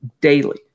daily